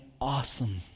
awesome